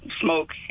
smoke